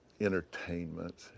entertainment